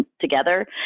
together